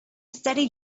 steady